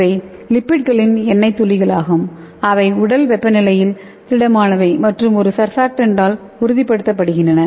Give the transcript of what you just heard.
இவை லிப்பிட்களின் எண்ணெய் துளிகளாகும் அவை உடல் வெப்பநிலையில் திடமானவை மற்றும் ஒரு சர்பாக்டான்டால் உறுதிப்படுத்தப்படுகின்றன